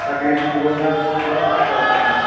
تقریٖباً گوٚو مےٚ زٕ ساس اَرداہ پٮ۪ٹھ